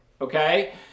okay